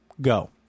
go